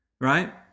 right